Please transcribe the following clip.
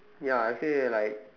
ya I would say like